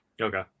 okay